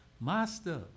Master